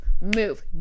move